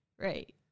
Right